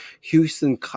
Houston